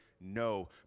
No